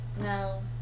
No